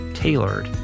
tailored